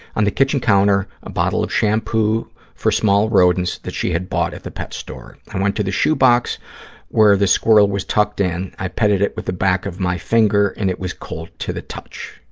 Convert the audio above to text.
on the kitchen counter, a bottle of shampoo for small rodents that she had bought at the pet store. i went to the shoebox where the squirrel was tucked in. i petted it with the back of my finger and it was cold to the touch,